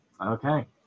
Okay